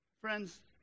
Friends